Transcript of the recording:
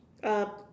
uh